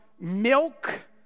Milk